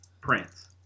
Prince